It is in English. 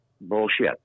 Bullshit